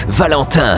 Valentin